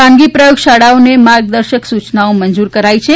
ખાનગી પ્રયોગ શાળાઓને માર્ગવર્શક સુચનાઓ મંજુર કરાઇ છે